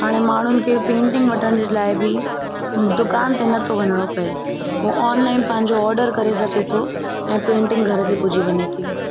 हाणे माण्हुनि खे पेंटिंग वठण जे लाइ बि दुकान ते नथो वञिणो पए उहो ऑनलाइन पंहिंजो ऑडर करे सघे थो ऐं पेंटिंग घर ते पुॼी वञे थी